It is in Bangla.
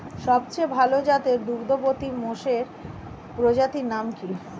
সবচেয়ে ভাল জাতের দুগ্ধবতী মোষের প্রজাতির নাম কি?